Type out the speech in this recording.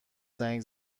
زنگ